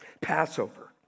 passover